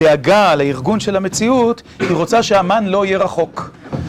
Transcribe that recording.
תיאגה לארגון של המציאות, היא רוצה שהמן לא יהיה רחוק.